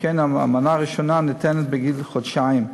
שכן המנה הראשונה ניתנת בגיל חודשיים.